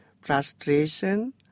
frustration